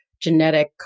genetic